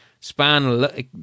Span